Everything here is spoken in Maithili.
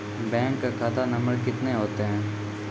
बैंक का खाता नम्बर कितने होते हैं?